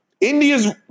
India's